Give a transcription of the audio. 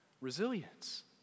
resilience